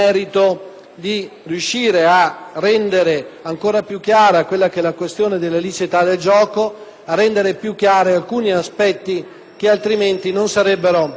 di riuscire a rendere ancora più chiara la questione della liceità del gioco, a rendere più chiari alcuni aspetti che non si sarebbero